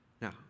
Now